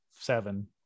seven